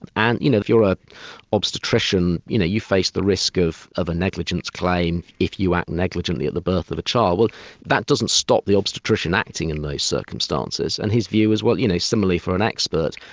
and and you know if you're an ah obstetrician you know you face the risk of of a negligence claim if you act negligently at the birth of a child, well that doesn't stop the obstetrician acting in those circumstances, and his view is well you know, similarly for an expert,